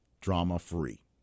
drama-free